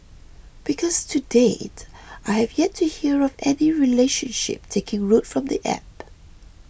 because to date I have yet to hear of any relationship taking root from the app